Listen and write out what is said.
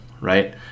right